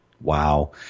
Wow